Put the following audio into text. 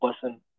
person